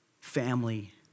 family